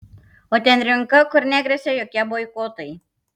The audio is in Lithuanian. o ten rinka kur negresia jokie boikotai